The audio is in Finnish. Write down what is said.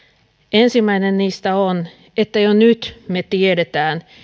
ensimmäinen niistä on että jo nyt me tiedämme